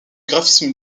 graphisme